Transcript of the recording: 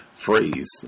phrase